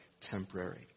temporary